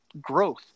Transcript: growth